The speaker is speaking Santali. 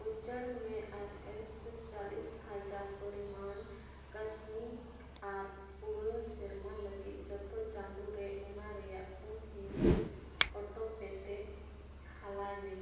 ᱩᱪᱟᱹᱲ ᱢᱮ ᱟᱨ ᱮᱹᱥ ᱪᱚᱞᱞᱤᱥ ᱦᱟᱡᱟᱨ ᱯᱚᱨᱤᱢᱟᱱ ᱠᱟᱹᱥᱱᱤ ᱟᱨ ᱯᱩᱨᱟᱹ ᱥᱮᱨᱢᱟ ᱞᱟᱹᱜᱤᱫ ᱡᱚᱛᱚ ᱪᱟᱸᱫᱳ ᱨᱮ ᱚᱱᱟ ᱨᱮᱭᱟᱜ ᱯᱩᱱ ᱦᱤᱸᱥ ᱚᱴᱳ ᱯᱮ ᱛᱮ ᱦᱟᱞᱟᱭ ᱢᱮ